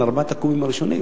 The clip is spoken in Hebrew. על ארבעת הקובים הראשונים,